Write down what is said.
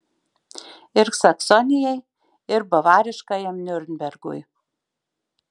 ir saksonijai ir bavariškajam niurnbergui